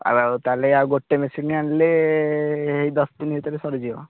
ଆଉ ଆଉ ତା'ହେଲେ ଆଉ ଗୋଟେ ମେସିନ୍ ଆଣିଲେ ସେଇ ଦଶ ଦିନ ଭିତରେ ସରିଯିବ